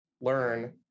learn